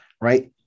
right